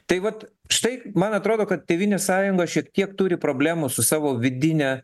tai vat štai man atrodo kad tėvynės sąjunga šiek tiek turi problemų su savo vidine